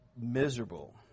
miserable